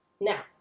Now